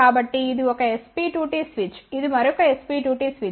కాబట్టి ఇది ఒక SP2T స్విచ్ ఇది మరొక SP2T స్విచ్